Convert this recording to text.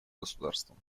государством